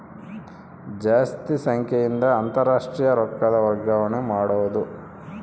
ಜಾಸ್ತಿ ಸಂಖ್ಯೆಯಿಂದ ಅಂತಾರಾಷ್ಟ್ರೀಯ ರೊಕ್ಕದ ವರ್ಗಾವಣೆ ಮಾಡಬೊದು